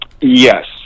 Yes